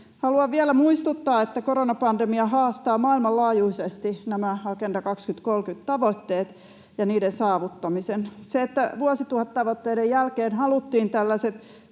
Haluan vielä muistuttaa, että koronapandemia haastaa maailmanlaajuisesti nämä Agenda 2030 ‑tavoitteet ja niiden saavuttamisen. Se, että vuosituhattavoitteiden jälkeen haluttiin tällaiset